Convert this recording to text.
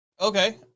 okay